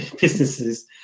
businesses